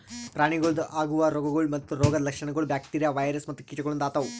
ಪ್ರಾಣಿಗೊಳ್ದಾಗ್ ಆಗವು ರೋಗಗೊಳ್ ಮತ್ತ ರೋಗದ್ ಲಕ್ಷಣಗೊಳ್ ಬ್ಯಾಕ್ಟೀರಿಯಾ, ವೈರಸ್ ಮತ್ತ ಕೀಟಗೊಳಿಂದ್ ಆತವ್